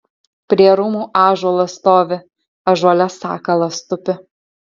prie rūmų ąžuolas stovi ąžuole sakalas tupi